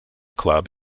club